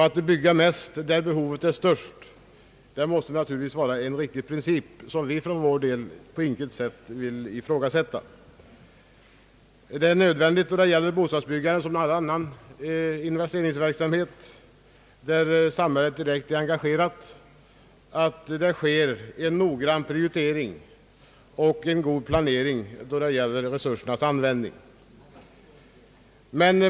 Att bygga mest där behovet är störst är en riktig princip, som vi på intet sätt vill ifrågasätta. Det är nödvändigt så väl för bostadsbyggandet som för all annan investeringsverksamhet där samhället direkt är engagerat att det sker en noggrann prioritering och en god planering när det gäller resursernas användning.